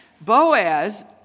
Boaz